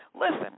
Listen